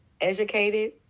educated